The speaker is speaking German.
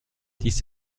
dies